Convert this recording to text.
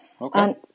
Okay